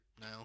now